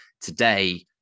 today